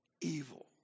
evil